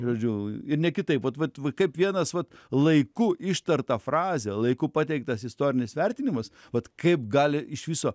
žodžiu ir ne kitaip vat vat kaip vienas vat laiku ištartą frazę laiku pateiktas istorinis vertinimas vat kaip gali iš viso